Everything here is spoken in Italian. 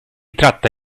tratta